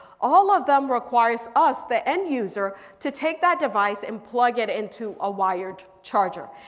all of them requires us, the end user to take that device and plug it into a wired charger.